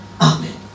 Amen